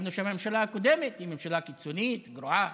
חשבנו שהממשלה הקודמת היא ממשלה קיצונית, גרועה,